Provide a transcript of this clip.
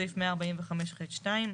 בסעיף 145(ח)(2),